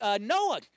Noah